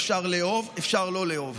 אפשר לאהוב, אפשר לא לאהוב.